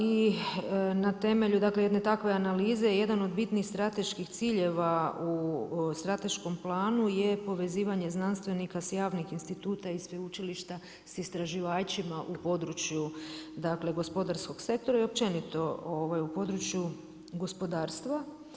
I na temelju jedne takve analize, jedan od bitnih strateških ciljeva u strateškom planu je povezivanje znanstvenika s javnih instituta i sveučilišta sa istraživačima u području dakle, gospodarskog sektora i općenito u području gospodarstva.